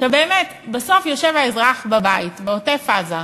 בסוף יושב האזרח בבית, בעוטף-עזה,